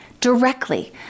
directly